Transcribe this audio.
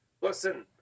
Listen